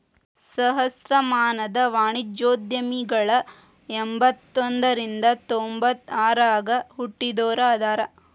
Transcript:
ಸಹಸ್ರಮಾನದ ವಾಣಿಜ್ಯೋದ್ಯಮಿಗಳ ಎಂಬತ್ತ ಒಂದ್ರಿಂದ ತೊಂಬತ್ತ ಆರಗ ಹುಟ್ಟಿದೋರ ಅದಾರ